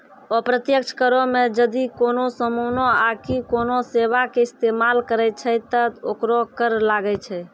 अप्रत्यक्ष करो मे जदि कोनो समानो आकि कोनो सेबा के इस्तेमाल करै छै त ओकरो कर लागै छै